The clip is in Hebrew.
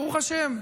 ברוך השם,